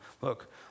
Look